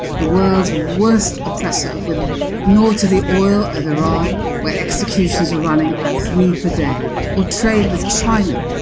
the world's worst oppressor of women nor to the oil of iran, where executions are running at three per day or trade with china,